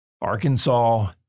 Arkansas